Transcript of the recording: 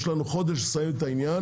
יש לנו חודש לסיים את העניין.